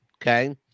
Okay